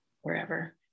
wherever